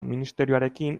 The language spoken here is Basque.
ministerioarekin